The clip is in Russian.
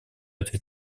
этой